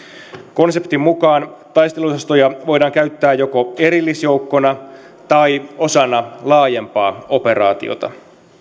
konseptin mukaan taisteluosastoja voidaan käyttää joko erillisjoukkoina tai osana laajempaa operaatiota